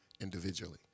individually